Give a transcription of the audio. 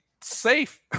safe